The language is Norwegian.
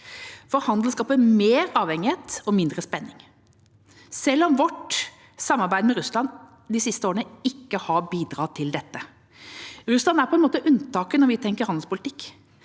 for handel skaper mer avhengighet og mindre spenning – selv om vårt samarbeid med Russland de siste årene ikke har bidratt til dette. Russland er på en måte unntaket når vi tenker handelspolitikk.